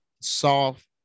soft